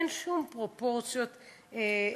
אין שום פרופורציות הגיוניות.